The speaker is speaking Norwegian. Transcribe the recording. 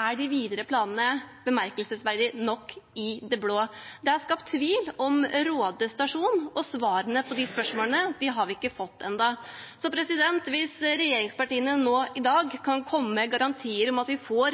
er de videre planene bemerkelsesverdig nok i det blå. Det er skapt tvil om Råde stasjon. Svarene på spørsmålene har vi ennå ikke fått. Hvis regjeringspartiene nå i dag kan komme med garantier om at vi får